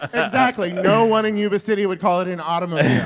exactly no one in yuba city would call it an automobile.